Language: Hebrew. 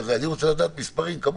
אני רוצה לדעת מספרים כמוך.